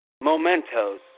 mementos